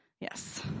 Yes